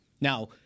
Now